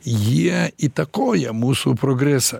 jie įtakoja mūsų progresą